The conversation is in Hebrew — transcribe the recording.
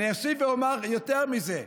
אוסיף ואומר יותר מזה,